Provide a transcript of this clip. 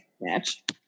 match